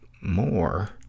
more